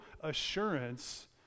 assurance